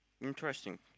interesting